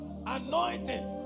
Anointing